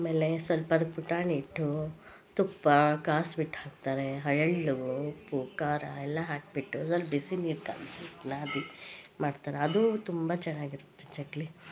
ಅಮೇಲೆ ಅದ್ಕ ಸ್ವಲ್ಪ ಪುಟಾಣಿ ಹಿಟ್ಟು ತುಪ್ಪ ಕಾಸ್ಬಿಟ್ಟು ಹಾಕ್ತಾರೆ ಉಪ್ಪು ಖಾರ ಎಲ್ಲ ಹಾಕ್ಬಿಟ್ಟು ಸ್ವಲ್ಪ್ ಬಿಸಿನೀರು ಕಾಯಿಸ್ಬಿಟ್ಟು ನಾದಿ ಮಾಡ್ತಾರೆ ಅದು ತುಂಬ ಚೆನ್ನಾಗಿರತ್ತೆ ಚಕ್ಲಿ